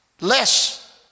Less